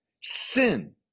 sin